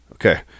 Okay